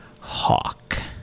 Hawk